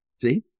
See